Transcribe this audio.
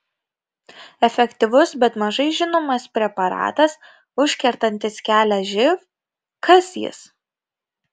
efektyvus bet mažai žinomas preparatas užkertantis kelią živ kas jis